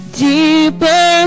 deeper